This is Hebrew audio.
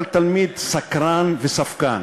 אבל תלמיד סקרן וספקן.